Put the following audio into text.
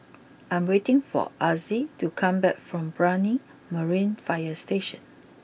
I am waiting for Azzie to come back from Brani Marine fire Station